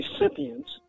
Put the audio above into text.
recipients